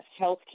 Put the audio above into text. healthcare